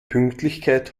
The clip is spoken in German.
pünktlichkeit